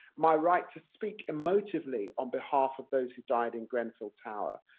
my right to speak, emotively on behalf of those who died in grenfell tower.